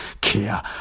care